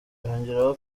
yongeraho